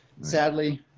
sadly